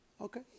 Okay